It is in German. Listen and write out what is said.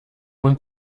und